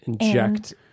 Inject